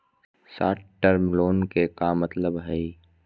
Short term loan के का मतलब हई?